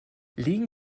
legen